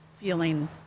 feeling